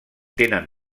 tenen